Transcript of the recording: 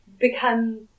become